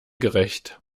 gerecht